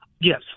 yes